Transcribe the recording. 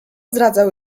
zdradzał